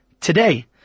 today